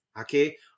okay